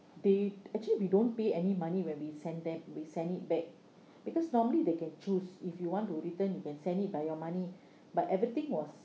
they actually we don't pay any money when we sent them we send it back because normally they can choose if you want to return you can send it by your money but everything was